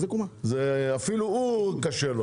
אפילו לו קשה.